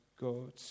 God